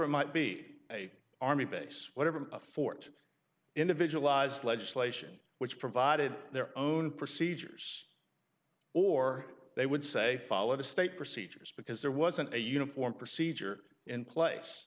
it might be a army base whatever fort individualize legislation which provided their own procedures or they would say follow the state procedures because there wasn't a uniform procedure in place